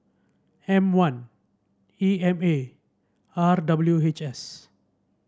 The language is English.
M one E M A and R W H S